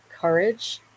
courage